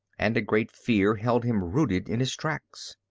and a great fear held him rooted in his tracks.